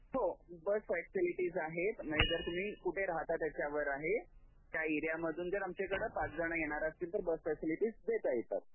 हो bus facilities आहेत म्हणजे जर तुम्ही कुठे राहता त्याच्यावर आहे त्या एरियामधून जर आमच्याकडं पाच जणं येणार असतील तर बस फॅसिलिटीज देता येतात